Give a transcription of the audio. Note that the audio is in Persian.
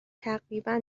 تقریبا